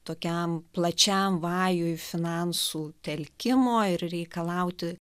tokiam plačiam vajui finansų telkimo ir reikalauti